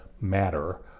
matter